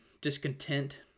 discontent